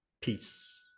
Peace